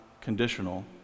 conditional